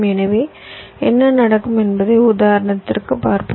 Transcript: எனவே என்ன நடக்கும் என்பதை உதாரணத்திற்கு பார்ப்போம்